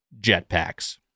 jetpacks